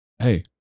hey